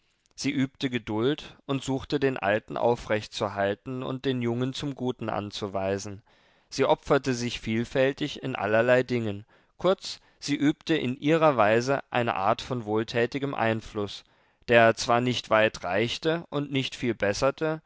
sie übte geduld und suchte den alten aufrechtzuhalten und den jungen zum guten anzuweisen sie opferte sich vielfältig in allerlei dingen kurz sie übte in ihrer weise eine art von wohltätigem einfluß der zwar nicht weit reichte und nicht viel besserte